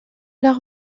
leur